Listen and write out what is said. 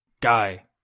Guy